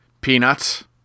Peanuts